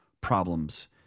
problems